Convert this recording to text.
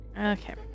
Okay